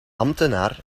ambtenaar